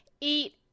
eat